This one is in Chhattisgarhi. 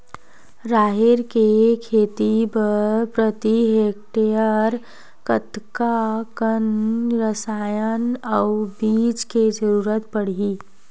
राहेर के खेती बर प्रति हेक्टेयर कतका कन रसायन अउ बीज के जरूरत पड़ही?